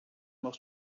more